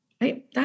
Right